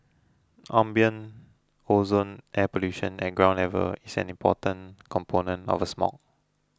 ambient ozone air pollution at ground level is an important component of smog